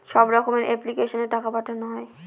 সব রকমের এপ্লিক্যাশনে টাকা পাঠানো হয়